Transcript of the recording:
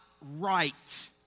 right